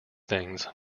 things